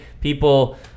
people